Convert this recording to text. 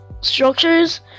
structures